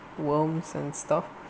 worms and stuff